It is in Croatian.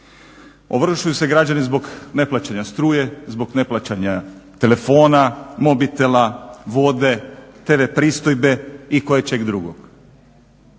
Ovršuju se građani zbog neplaćanja struje, zbog neplaćanja telefona, mobitela, vode, TV pristojbe i koječeg drugog.